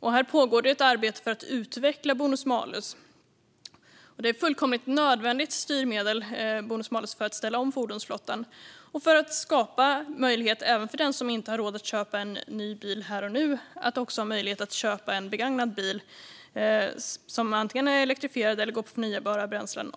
Det pågår ett arbete för att utveckla bonus-malus, som är ett fullkomligt nödvändigt styrmedel för att vi ska kunna ställa om fordonsflottan. Det handlar om att skapa möjlighet även för den som inte har råd att köpa ny bil här och nu att om några år köpa en begagnad bil som antingen är elektrifierad eller går på förnybara bränslen.